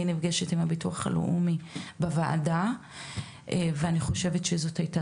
אני נפגשת עם המוסד לביטוח לאומי בוועדה הזו ואני חושבת שזאת הייתה